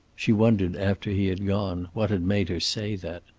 she wondered, after he had gone, what had made her say that.